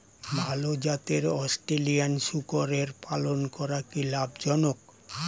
ভাল জাতের অস্ট্রেলিয়ান শূকরের পালন করা কী লাভ জনক?